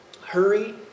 hurry